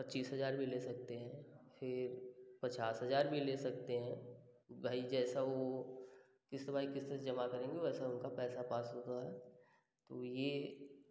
पचीस हजार भी ले सकते हैं फिर पचास हजार भी ले सकते हैं भाई जैसा वो किस्त बाइ किस्त जमा करेंगी वैसा उनका पैसा पास होता है तो ये